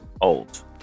Old